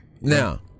Now